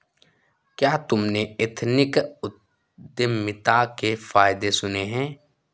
क्या तुमने एथनिक उद्यमिता के फायदे सुने हैं?